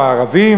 או הערבים,